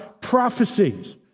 prophecies